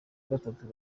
gatatu